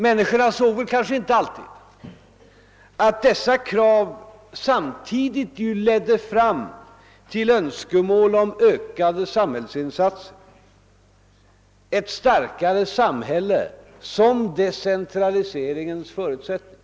Väljarna insåg kanske inte alltid att dessa krav samtidigt leder fram till önskemål om ökade samhällsinsatser, om ett starkare samhälle som decentraliseringens förutsättning.